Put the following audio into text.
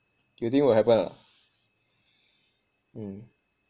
you think will happen or not mm